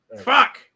Fuck